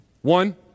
one